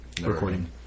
recording